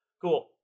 Cool